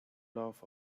laugh